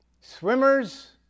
Swimmers